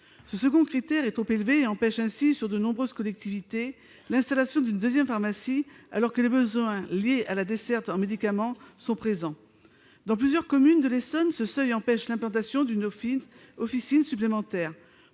Ce second seuil est trop élevé et empêche ainsi, sur de nombreuses collectivités, l'installation d'une deuxième pharmacie, alors que les besoins liés à la desserte en médicaments sont bien présents. Dans plusieurs communes de l'Essonne, ce seuil empêche l'implantation d'une officine supplémentaire.